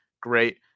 Great